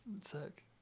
sick